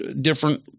different